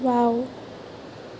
বাওঁ